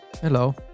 Hello